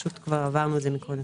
פשוט כבר עברנו את זה מקודם.